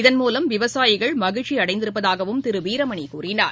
இதன் மூலம் விவசாயிகள் மகிழ்ச்சிஅடைந்திருப்பதபாகவும் திருவீரமணிகூறினார்